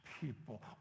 people